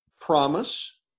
promise